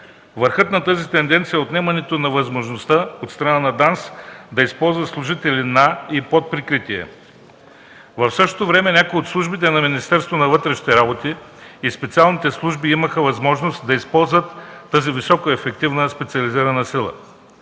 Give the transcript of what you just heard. Върхът на тази тенденция е отнемането на възможността от страна на ДАНС да използва служители на и под прикритие. В същото време някои от службите на Министерството на вътрешните работи и специалните служби имаха възможност да използват тази високоефективна специализирана сила.